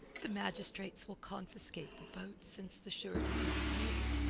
the magistrates will confiscate the boat since the surety's not paid,